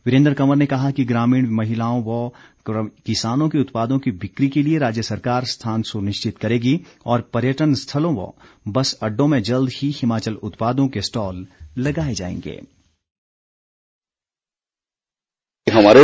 वीरेन्द्र कंवर ने कहा कि ग्रामीण महिलाओं व किसानों के उत्पादों की बिक्री के लिए राज्य सरकार स्थान सुनिश्चित करेगी और पर्यटन स्थलों व बस अड्डों में जल्द ही हिमाचल उत्पादों के स्टॉल लगाए जाएंगे